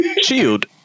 shield